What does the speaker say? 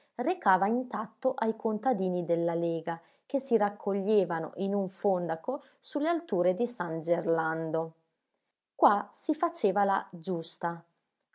recava intatto ai contadini della lega che si raccoglievano in un fondaco su le alture di san gerlando qua si faceva la giusta